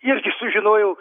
irgi sužinojau